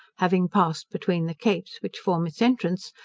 having passed between the capes which form its entrance,